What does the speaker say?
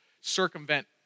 circumvent